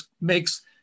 makes